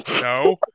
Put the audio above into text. No